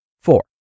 Four